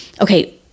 okay